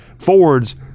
Fords